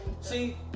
See